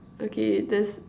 okay there's